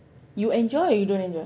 you enjoy or you don't enjoy